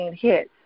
hit